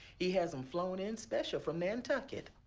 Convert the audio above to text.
he has them flown in special from nantucket.